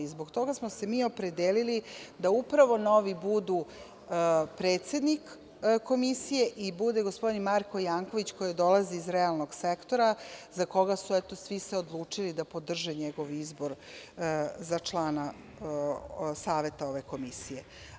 Zbog toga smo se mi opredelili da upravo novi budu predsednik komisije i bude gospodin Marko Janković, koji dolazi iz realnog sektora za koga su se svi odlučili, da podrže njegov izbor za člana saveta ove komisije.